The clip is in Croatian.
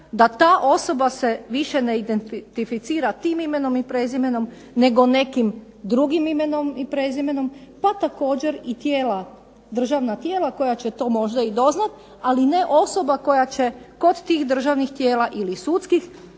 se ta osoba se više ne identificira tim imenom i prezimenom nego nekim drugim imenom i prezimenom pa također i tijela državna tijela koja će to možda i doznati, ali ne osoba koja će kod tih državnih tijela ili sudova